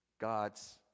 God's